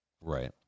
Right